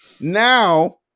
now